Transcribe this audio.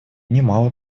немало